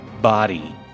body